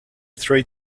three